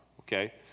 okay